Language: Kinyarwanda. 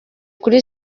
kuri